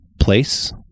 place